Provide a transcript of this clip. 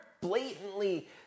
blatantly